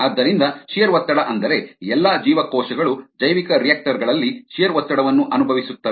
ಆದ್ದರಿಂದ ಶಿಯರ್ ಒತ್ತಡ ಅಂದರೆ ಎಲ್ಲಾ ಜೀವಕೋಶಗಳು ಜೈವಿಕರಿಯಾಕ್ಟರ್ ಗಳಲ್ಲಿ ಶಿಯರ್ ಒತ್ತಡವನ್ನು ಅನುಭವಿಸುತ್ತವೆ